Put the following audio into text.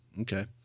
Okay